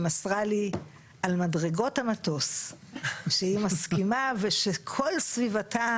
שמסרה לי על מדרגות המטוס שהיא מסכימה ושכל סביבתה